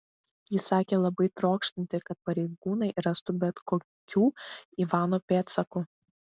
ji sakė labai trokštanti kad pareigūnai rastų bent kokių ivano pėdsakų